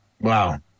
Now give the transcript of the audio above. Wow